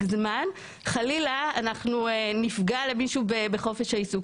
זמן חלילה אנחנו נפגע למישהו בחופש העיסוק.